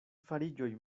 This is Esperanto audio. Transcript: fariĝoj